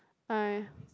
I